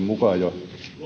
mukaan jo